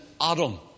Adam